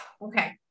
Okay